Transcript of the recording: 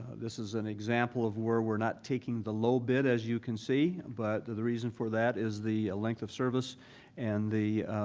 this is an example of where we're not taking the low bid, as you can see, but the the reason for that is the length of service and the